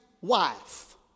wife